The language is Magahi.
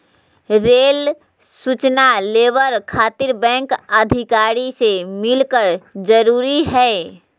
रेल सूचना लेबर खातिर बैंक अधिकारी से मिलक जरूरी है?